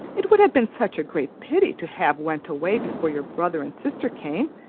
it would have been such a great pity to have went away before your brother and sister came.